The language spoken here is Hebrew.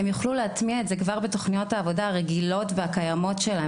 שהן יוכלו להטמיע את זה כבר בתכניות העבודה הרגילות והקיימות שלהן,